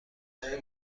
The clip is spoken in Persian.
های